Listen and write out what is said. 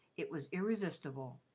it was irresistible.